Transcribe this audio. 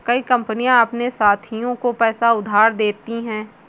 कई कंपनियां अपने साथियों को पैसा उधार देती हैं